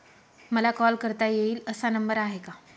मला कॉल करता येईल असा नंबर आहे का?